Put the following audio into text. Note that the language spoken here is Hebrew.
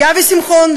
אבי שמחון,